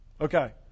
Okay